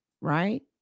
right